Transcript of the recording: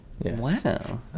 Wow